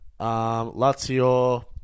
Lazio